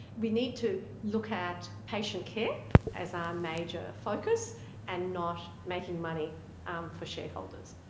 we need to look at patient care as our major focus and not making money um for shareholders.